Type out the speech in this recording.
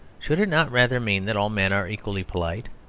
should it not rather mean that all men are equally polite?